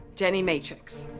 jenny matrix.